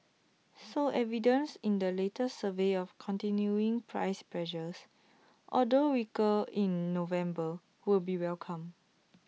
so evidence in the latest survey of continuing price pressures although weaker in November will be welcomed